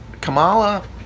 Kamala